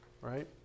right